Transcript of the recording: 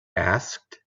asked